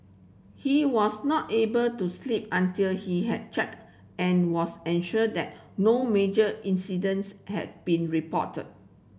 he was not able to sleep until he had checked and was assured that no major incidents had been reported